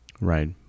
Right